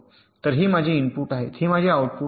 तर हे माझे इनपुट आहेत हे माझे आउटपुट आहेत